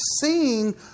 seeing